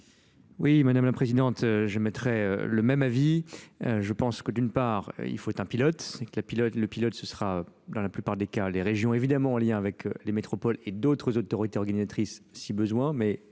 Oui, Mᵐᵉ la Présidente, j'émettrai le même avis. je pense que, d'une part, il faut être un pilote. Le pilote, ce sera dans la plupart des cass des régions, évidemment en lien avec les métropoles et d'autres autorités organisatrices, si besoin,